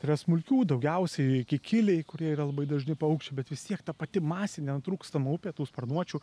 yra smulkių daugiausiai kikiliai kurie yra labai dažni paukščiai bet vis tiek ta pati masė nenutrūkstama upė tų sparnuočių